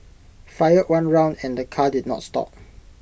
fired one round and the car did not stop